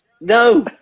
no